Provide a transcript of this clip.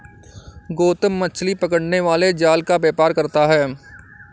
गौतम मछली पकड़ने वाले जाल का व्यापार करता है